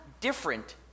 different